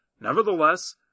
Nevertheless